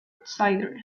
outsiders